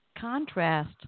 contrast